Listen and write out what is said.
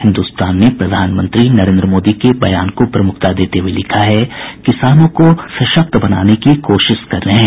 हिन्दुस्तान ने प्रधानमंत्री नरेन्द्र मोदी के बयान को प्रमुखता देते हुए लिखा है किसानों को सशक्त बनाने की कोशिश कर रहे हैं